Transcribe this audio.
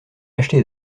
acheté